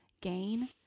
gain